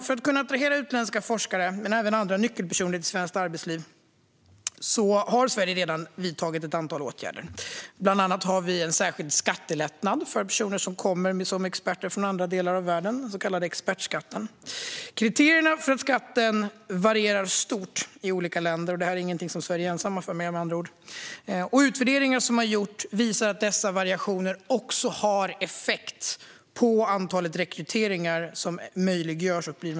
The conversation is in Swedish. För att kunna attrahera utländska forskare och även andra nyckelpersoner till svenskt arbetsliv, fru talman, har Sverige redan vidtagit ett antal åtgärder. Bland annat har vi en särskild skattelättnad för personer som kommer som experter från andra delar av världen, den så kallade expertskatten. Kriterierna för skatten varierar stort i olika länder - den är med andra ord ingenting Sverige är ensamt om - och utvärderingar visar att dessa variationer har effekt på hur många rekryteringar som möjliggörs.